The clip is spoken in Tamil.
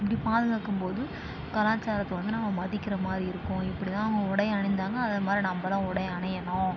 இப்படி பாதுகாக்கும் போது கலாச்சாரத்தை வந்து நம்ம மதிக்கிற மாதிரி இருக்கும் இப்படி தான் அவங்க உடை அணிந்தாங்க அதே மாதிரி நம்மளும் உடை அணியணும்